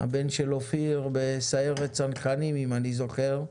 הבן של אופיר בסיירת צנחנים, אם אני זוכר,